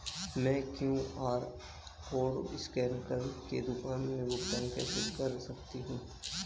मैं QR code scan कर के दुकान में भुगतान कैसे कर सकती हूँ?